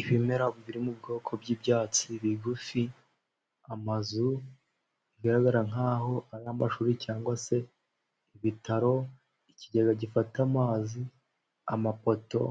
Ibimera biri mu bwoko bw'ibyatsi bigufi, amazu bigaragara nk'aho ari amashuri cyangwa se ibitaro, ikigega gifata amazi, amapoto